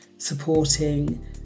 supporting